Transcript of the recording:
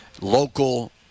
local